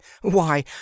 Why